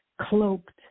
cloaked